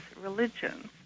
religions